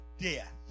death